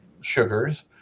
sugars